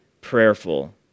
prayerful